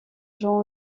jean